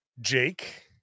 Jake